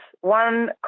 one